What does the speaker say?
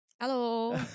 Hello